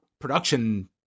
production